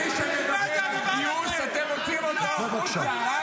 מי שמדבר על גיוס, אתם מוציאים אותו החוצה,